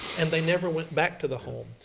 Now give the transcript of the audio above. and they never went back to the home.